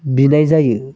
बिनाय जायो